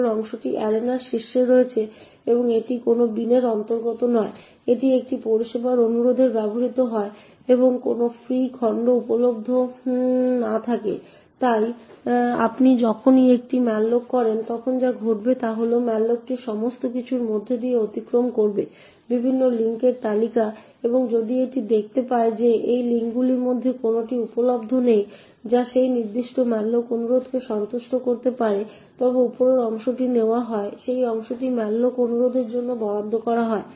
উপরের অংশটি এরেনার শীর্ষে রয়েছে এবং এটি কোনও বিনের অন্তর্গত নয়। তাই এটি পরিষেবার অনুরোধে ব্যবহৃত হয় যখন কোনও ফ্রি খণ্ড উপলব্ধ না থাকে। তাই আপনি যখনই একটি ম্যালোক করেন তখন যা ঘটবে তা হল ম্যালোকটি সমস্ত কিছুর মধ্য দিয়ে অতিক্রম করবে। বিভিন্ন লিঙ্কের তালিকা এবং যদি এটি দেখতে পায় যে এই লিঙ্কগুলির মধ্যে কোনটি উপলব্ধ নেই যা সেই নির্দিষ্ট ম্যালোক অনুরোধকে সন্তুষ্ট করতে পারে তবে উপরের অংশের অংশটি নেওয়া হয় এবং সেই অংশটি ম্যালোক অনুরোধের জন্য বরাদ্দ করা হয়